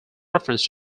reference